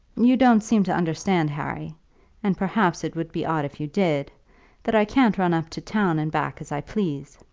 you don't seem to understand, harry and, perhaps, it would be odd if you did that i can't run up to town and back as i please.